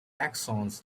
axons